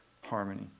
Harmony